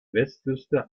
westküste